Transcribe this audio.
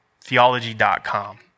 theology.com